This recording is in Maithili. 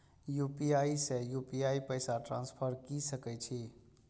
यू.पी.आई से यू.पी.आई पैसा ट्रांसफर की सके छी?